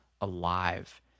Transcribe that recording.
alive